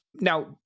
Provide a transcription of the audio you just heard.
Now